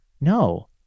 No